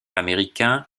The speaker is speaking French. américain